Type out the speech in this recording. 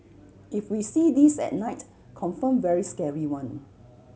if we see this at night confirm very scary one